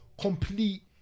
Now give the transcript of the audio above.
Complete